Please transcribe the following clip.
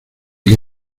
que